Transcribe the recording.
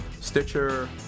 stitcher